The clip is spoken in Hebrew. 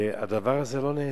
והדבר הזה לא נעשה.